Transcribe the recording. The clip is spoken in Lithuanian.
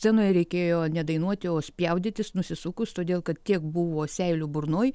scenoj reikėjo ne dainuoti o spjaudytis nusisukus todėl kad tiek buvo seilių burnoj